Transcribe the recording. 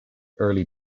early